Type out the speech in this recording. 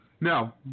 No